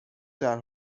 شهر